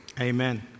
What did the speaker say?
amen